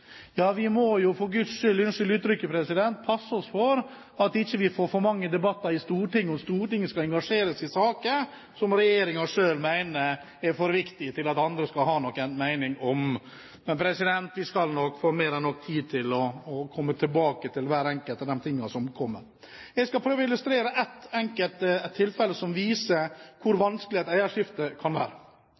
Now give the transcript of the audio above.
Ja, vi må jo for Guds skyld – unnskyld uttrykket, president – passe oss for at vi ikke får for mange debatter i Stortinget, og at Stortinget skal engasjere seg i saker som regjeringen selv mener er for viktige til at andre skal ha noen mening om. Men vi skal nok få mer enn nok tid til å komme tilbake til hver enkelt av de tingene som kommer. Jeg skal prøve å illustrere med et enkelt tilfelle som viser hvor vanskelig et eierskifte kan være,